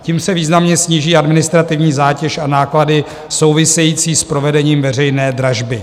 Tím se významně sníží administrativní zátěž a náklady související s provedením veřejné dražby.